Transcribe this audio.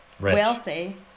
wealthy